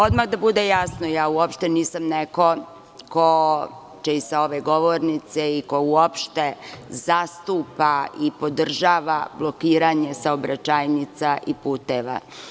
Odmah da bude jasno, ja uopšte nisam neko ko će i sa ove govornice i ko uopšte zastupa i podržava blokiranje saobraćajnica i puteva.